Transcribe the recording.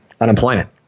unemployment